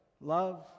love